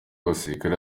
abasirikare